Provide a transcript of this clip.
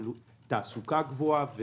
תעסוקה גבוהה,